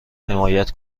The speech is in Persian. حمایت